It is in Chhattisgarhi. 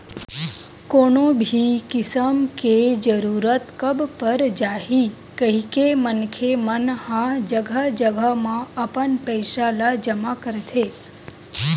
कोनो भी किसम के जरूरत कब पर जाही कहिके मनखे मन ह जघा जघा म अपन पइसा ल जमा करथे